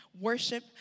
Worship